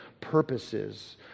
purposes